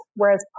whereas